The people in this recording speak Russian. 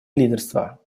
лидерство